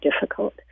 difficult